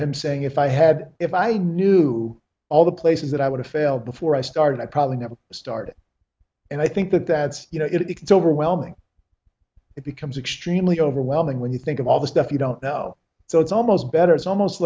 him saying if i had if i knew all the places that i would have failed before i started i probably never started and i think that that's you know it's overwhelming it becomes extremely overwhelming when you think of all the stuff you don't know so it's almost better it's almost